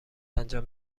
انجام